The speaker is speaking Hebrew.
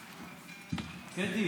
קטי,